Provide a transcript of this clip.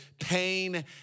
pain